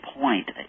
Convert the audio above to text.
point